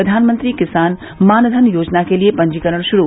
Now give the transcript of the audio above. प्रधानमंत्री किसान मान धन योजना के लिए पंजीकरण शुरू